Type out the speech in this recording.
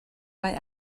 mae